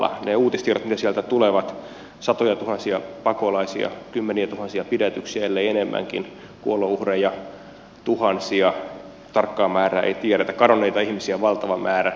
niiden uutistietojen mukaan mitä sieltä tulee siellä on satojatuhansia pakolaisia kymmeniätuhansia pidätyksiä ellei enemmänkin kuolonuhreja tuhansia tarkkaa määrää ei tiedetä kadonneita ihmisiä valtava määrä